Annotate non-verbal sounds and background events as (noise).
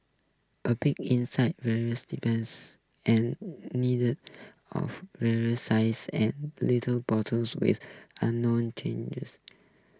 a peek inside (unintelligible) depends and needed of vary sizes and little bottles with unknown (unintelligible)